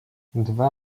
dwa